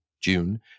June